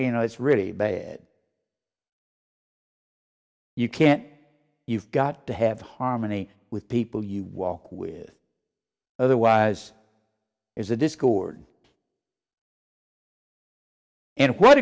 you know it's really bad you can't you've got to have harmony with people you walk with otherwise is a discord in what